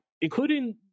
including